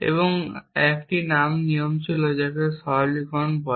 এবং 1 নামক একটি নিয়ম ছিল যাকে সরলীকরণ বলে